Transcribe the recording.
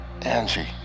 Angie